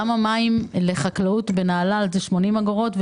למה מים לחקלאות בנהלל עולים 80 אגורות,